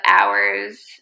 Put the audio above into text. hours